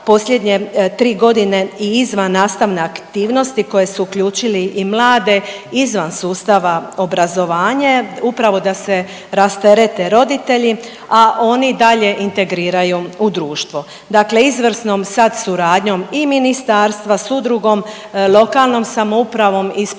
posljednje 3.g. i izvannastavne aktivnosti koje su uključili i mlade izvan sustava obrazovanja upravo da se rasterete roditelji, a oni dalje integriraju u društvo, dakle izvrsnom sad suradnjom i ministarstva s udrugom, lokalnom samoupravom i